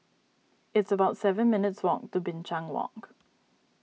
it's about seven minutes' walk to Binchang Walk